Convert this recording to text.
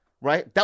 Right